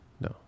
no